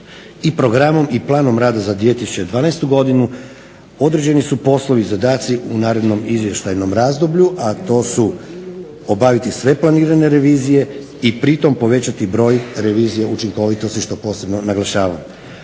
i programom i Planom rada za 2012. godinu određeni su poslovi i zadaci u narednom izvještajnom razdoblju, a to su obaviti sve planirane revizije i pritom povećati broj revizija učinkovitosti što posebno naglašavam.